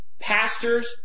pastors